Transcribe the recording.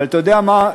אבל אתה יודע מה?